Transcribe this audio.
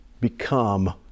become